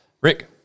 Rick